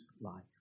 life